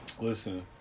Listen